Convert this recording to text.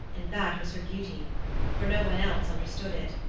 and that was her beauty for no one else understood it.